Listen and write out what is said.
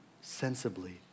sensibly